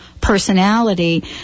personality